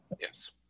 Yes